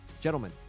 Gentlemen